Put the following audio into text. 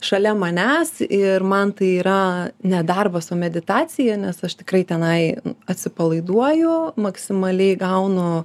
šalia manęs ir man tai yra ne darbas o meditacija nes aš tikrai tenai atsipalaiduoju maksimaliai gaunu